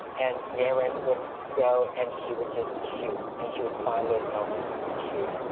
and ye rin would go and she would just shoot. and she would find those moments and shoot.